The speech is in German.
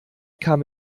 kam